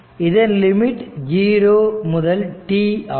இதன் limit 0 to t ஆகும்